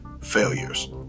failures